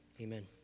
Amen